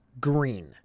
green